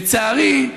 לצערי,